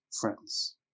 friends